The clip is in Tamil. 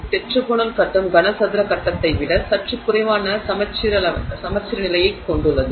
டெட்ராகோனல் கட்டம் கனசதுர கட்டத்தை விட சற்று குறைவான சமச்சீர்நிலையைக் கொண்டுள்ளது